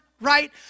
right